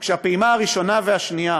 הפעימה הראשונה והשנייה,